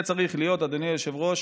זה צריך להיות, אדוני היושב-ראש,